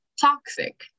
toxic